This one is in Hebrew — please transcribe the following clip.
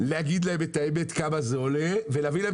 להגיד להם את האמת כמה זה עולה ולהביא להם